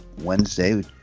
Wednesday